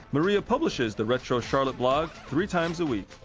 maria publishes the retro charlotte blog three times a week.